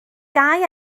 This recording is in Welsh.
gau